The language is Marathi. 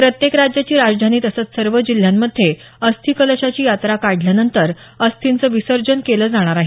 प्रत्येक राज्याची राजधानी तसंच सर्व जिल्ह्यांमध्ये अस्थिकलशाची यात्रा काढल्यानंतर अस्थींचं विसर्जन केलं जाणार आहे